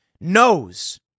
knows